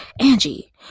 Angie